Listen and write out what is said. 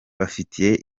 bafite